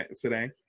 today